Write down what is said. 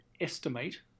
estimate